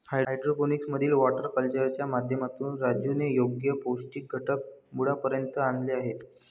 hydroponics मधील water कल्चरच्या माध्यमातून राजूने योग्य पौष्टिक घटक मुळापर्यंत आणले आहेत